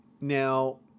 Now